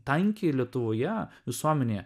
tankį lietuvoje visuomenėje